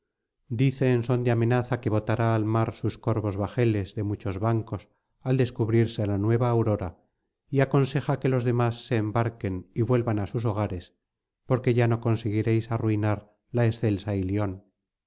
dice en son de amenaza que botará al mar sus corvos bajeles de muchos bancos al descubrirse la nueva aurora y aconseja que los demás se embarquen y vuelvan á sus hogares porque ya no conseguiréis arruinar la excelsa ilion el